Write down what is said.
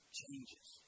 changes